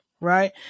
right